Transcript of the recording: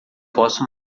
posso